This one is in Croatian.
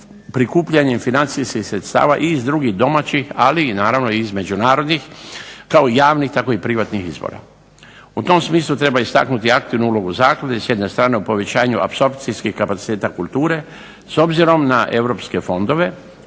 prikupljanjem financijskih sredstava i iz drugih domaćih i iz međunarodnih kako javnih i privatnih izvora. U tom smislu treba istaknuti aktivnu ulogu zaklade s jedne strane povećanju apsorpcijskih kapaciteta kulture s obzirom na Europske fondove